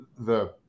-the